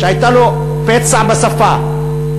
שהיה לו פצע בשפה,